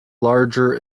larger